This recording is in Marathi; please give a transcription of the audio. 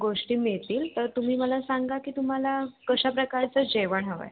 गोष्टी मिळतील तर तुम्ही मला सांगा की तुम्हाला कशा प्रकारचं जेवण हवं आहे